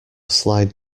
slide